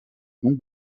grande